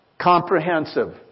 comprehensive